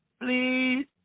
Please